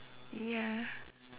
ya